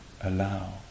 allow